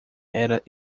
era